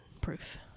proof